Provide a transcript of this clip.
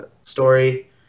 story